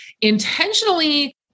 intentionally